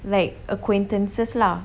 like acquaintances lah